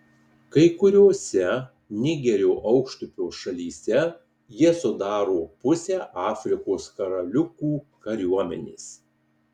kai kuriose nigerio aukštupio šalyse jie sudaro pusę afrikos karaliukų kariuomenės